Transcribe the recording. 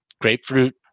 grapefruit